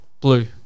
Blue